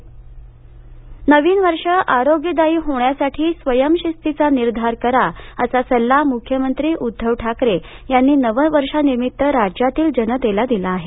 मुख्यमंत्री नवीन वर्ष आरोग्यदायी होण्यासाठी स्वयंशिस्तिचा निधार करा असा सल्ला मुख्यमंत्री उध्दव ठाकरे यांनी नववर्षानिमित्त राज्यातील जनतेला दिला आहे